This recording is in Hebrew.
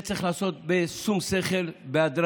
שרצתה בשעה 02:30 לדון בדבר